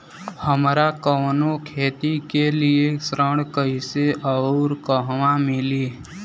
हमरा कवनो खेती के लिये ऋण कइसे अउर कहवा मिली?